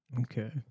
Okay